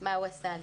מה הוא עשה לי.